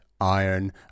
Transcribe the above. Iron